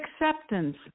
acceptance